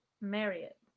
Marriott